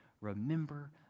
remember